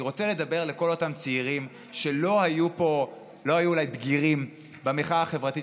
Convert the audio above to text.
אני רוצה לדבר אל כל אותם צעירים שלא היו בגירים במחאה החברתית